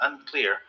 unclear